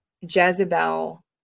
jezebel